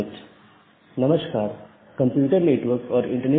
आज हम BGP पर चर्चा करेंगे